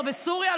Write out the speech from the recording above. לא בסוריה,